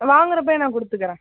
வாங்குறப்பையே நான் கொடுத்துக்குறேன்